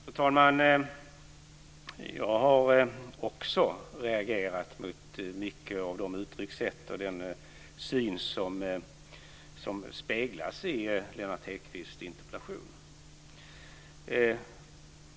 Fru talman! Jag har också reagerat mot många av de uttryckssätt och den syn som speglas i Lennart Hedquists interpellation.